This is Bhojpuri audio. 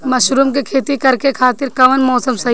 मशरूम के खेती करेके खातिर कवन मौसम सही होई?